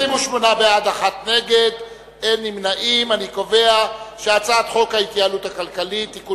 התש"ע 2009. חוק ההתייעלות הכלכלית (תיקוני